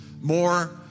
more